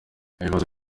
ibibazo